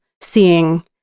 seeing